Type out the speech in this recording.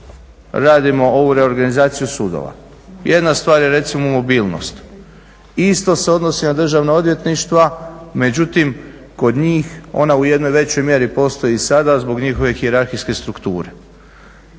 radimo ovu reorganizaciju sudova. Jedna stvar je recimo mobilnost. Isto se odnosi na državna odvjetništva međutim kod njih ona u jednoj većoj mjeri postoji i sada zbog njihove hijerarhijske strukture.